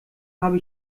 habe